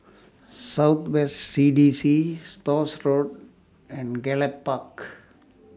South West C D C Stores Road and Gallop Park